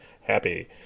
happy